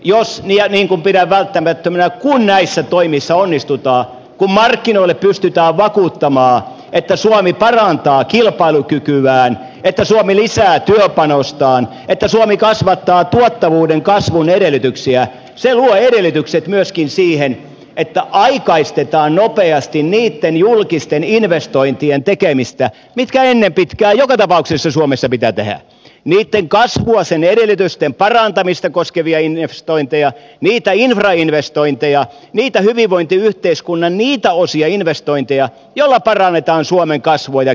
jos ja niin kuin pidän välttämättömänä kun näissä toimissa onnistutaan kun markkinoille pystytään vakuuttamaan että suomi parantaa kilpailukykyään että suomi lisää työpanostaan että suomi kasvattaa tuottavuuden kasvun edellytyksiä se luo edellytykset myöskin siihen että aikaistetaan nopeasti niitten julkisten investointien tekemistä mitkä ennen pitkää joka tapauksessa suomessa pitää tehdä niitten kasvua sen edellytysten parantamista koskevia investointeja niitä infrainvestointeja niitä hyvinvointiyhteiskunnan niitä osia investointeja joilla parannetaan suomen kasvua ja kilpailukykyä